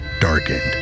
darkened